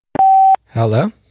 Hello